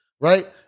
right